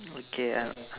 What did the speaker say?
okay I